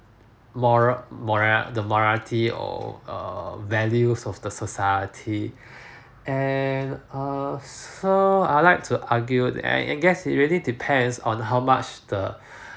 law~ moral the morality or err values of the society and err so I like to argue and I guess it really depends on how much the